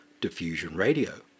diffusionradio